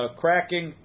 cracking